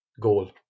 goal